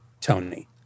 Tony